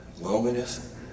loneliness